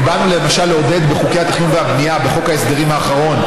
ובאנו למשל לעודד בחוקי התכנון והבנייה בחוק ההסדרים האחרון,